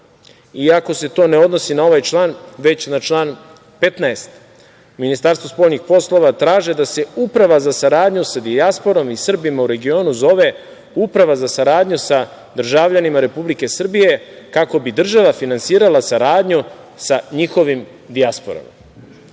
iako se to ne odnosi na ovaj član, već na član 15. Ministarstvo spoljnih poslova traži da se Uprava za saradnju sa dijasporom i Srbima u regionu zove – Uprava za saradnju sa državljanima Republike Srbije kako bi država finansirala saradnju sa njihovim dijasporama.